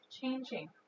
changing